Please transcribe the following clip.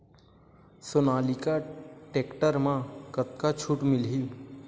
Sonalika tractor म कतका छूट मिलही?